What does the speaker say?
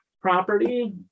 property